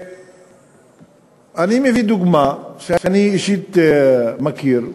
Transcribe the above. ואני מביא דוגמה שאני אישית מכיר,